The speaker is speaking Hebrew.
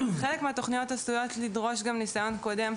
חלק מהתכניות עשויות לדרוש גם ניסיון קודם,